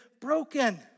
broken